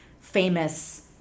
famous